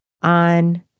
on